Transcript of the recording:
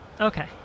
Okay